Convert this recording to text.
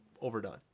overdone